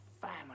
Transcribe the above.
family